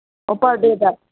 ꯑꯣ ꯄꯔ ꯗꯦꯗ